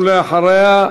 ולאחריה,